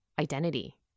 identity